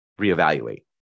reevaluate